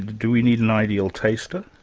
do we need an ideal taster?